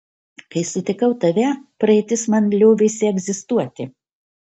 kai sutikau tave praeitis man liovėsi egzistuoti